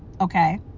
Okay